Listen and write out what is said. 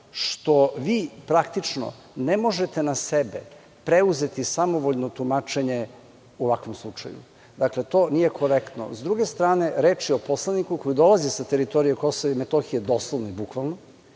što vi praktično ne možete na sebe preuzeti samovoljno tumačenje u ovakvom slučaju. Dakle, to nije korektno.S druge strane, reč je o poslaniku koji dolazi sa teritorije KiM, doslovno, bukvalno,